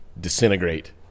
disintegrate